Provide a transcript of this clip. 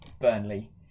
Burnley